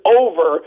over